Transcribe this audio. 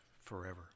forever